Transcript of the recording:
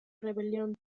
rebelión